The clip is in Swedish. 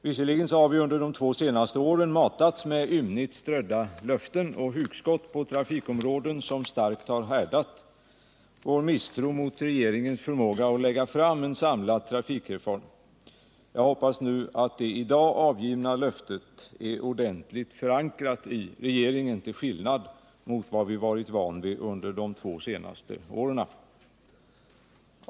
Visserligen har vi under de två senaste åren matats med ymnigt strödda löften och hugskott på trafikområdet som starkt härdat vår misstro mot regeringens förmåga att lägga fram förslag till en samlad trafikreform. Jag hoppas att det nu i dag avgivna löftet är ordentligt förankrat i regeringen till skillnad från vad vi varit vana vid under de två senaste åren.